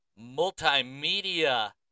multimedia